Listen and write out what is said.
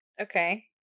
Okay